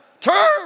Turn